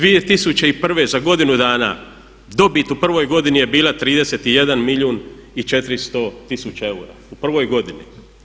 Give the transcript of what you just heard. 2001. za godinu dana dobit u prvoj godini je bila 31 milijun i 400 tisuća eura u prvoj godini.